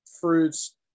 fruits